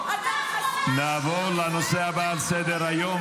נעבור לנושא הבא על סדר-היום,